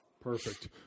Perfect